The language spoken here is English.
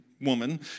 woman